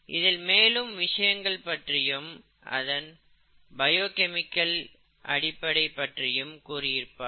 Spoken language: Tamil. இதில் மேலும் விஷயங்கள் பற்றியும் அதன் பயோகெமிக்கல் அடிப்படைப் பற்றியும் கூறி இருப்பார்கள்